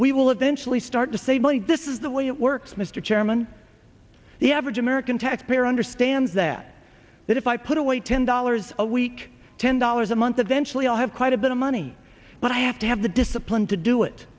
we will eventually start to save money this is the way it works mr chairman the average american taxpayer understands that that if i put away ten dollars a week ten dollars a month eventually i'll have quite a bit of money but i have to have the discipline to do it